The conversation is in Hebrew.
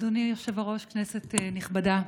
אדוני היושב-ראש, כנסת נכבדה,